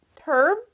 term